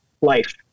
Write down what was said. life